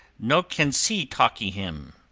no can see talkee him,